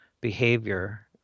behavior